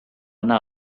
anar